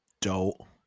Dope